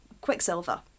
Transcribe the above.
Quicksilver